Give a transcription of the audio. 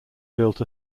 built